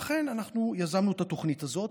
לכן אנחנו יזמנו את התוכנית הזאת.